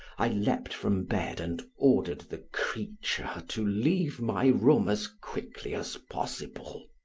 i leaped from bed and ordered the creature to leave my room as quickly as possible.